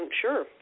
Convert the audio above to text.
sure